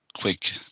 quick